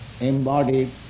embodied